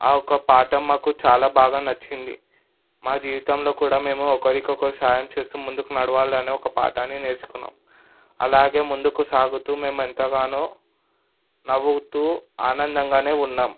ఆ ఒక పాఠం మాకు చాలా బాగా నచ్చింది మా జీవితంలో కూడా మేము ఒకరికొకరు సాయం చేస్తూ ముందుకు నడవాలి అనే ఒక పాఠాన్ని నేర్చుకున్నాం అలాగే ముందుకు సాగుతూ మేము ఎంతగానో నవ్వుతూ ఆనందంగానే ఉన్నాం